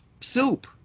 soup